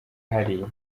hariya